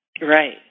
Right